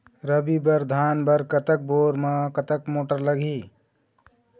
रबी बर धान बर कतक बोर म कतक मोटर लागिही?